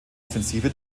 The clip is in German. offensive